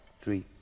Three